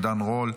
עידן רול,